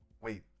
Wait